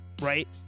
Right